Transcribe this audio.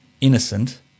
innocent